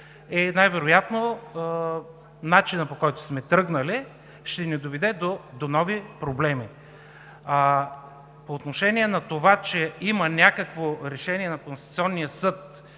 и най-вероятно начинът, по който сме тръгнали, ще ни доведе до нови проблеми. По отношение на това, че има някакво решение на Конституционния съд